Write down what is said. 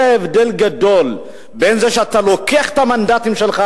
זה הבדל גדול בין זה שאתה לוקח את המנדטים שלך